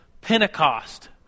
Pentecost—